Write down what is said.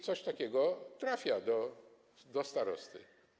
Coś takiego trafia do starosty.